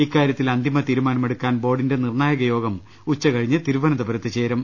ഇക്കാര്യ ത്തിൽ അന്തിമ തീരുമാനമെടുക്കാൻ ബോർഡിന്റെ നിർണായക യോഗം ഉച്ചകഴിഞ്ഞ് തിരുവനന്തപുരത്ത് ചേരും